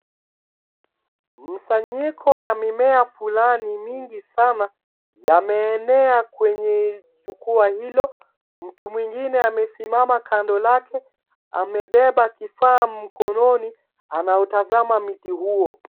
Kusanyiko ya mimea fulani mingi sana, yameenea kwenye jukwaa hilo, mtu mwingine amesimama kando lake, amebeba kifaa mkononi anautazama miti huo.